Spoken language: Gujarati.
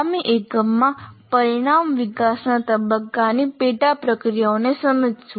આગામી એકમમાં પરિણામ વિકાસના તબક્કાની પેટા પ્રક્રિયાઓને સમજશે